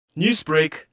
Newsbreak